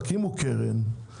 תקימו קרן.